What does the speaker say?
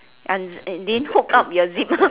didn't hook up your zip